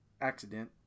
accident